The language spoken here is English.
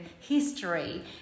history